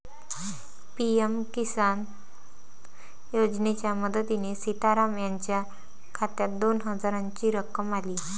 PM Kisan योजनेच्या मदतीने सीताराम यांच्या खात्यात दोन हजारांची रक्कम आली